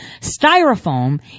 styrofoam